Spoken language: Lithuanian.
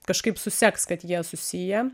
kažkaip suseks kad jie susiję